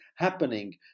happening